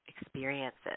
experiences